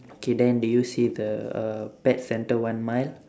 okay then do you see the uh pet centre one mile